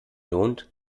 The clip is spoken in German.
lohnt